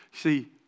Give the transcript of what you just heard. See